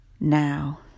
now